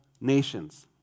nations